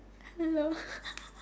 hello